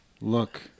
Look